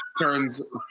turns